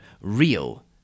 real